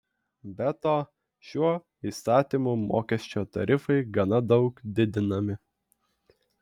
be to šiuo įstatymu mokesčio tarifai gana daug didinami